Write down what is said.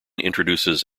introduces